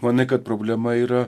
manai kad problema yra